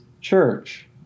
church